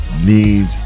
need